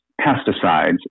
pesticides